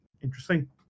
interesting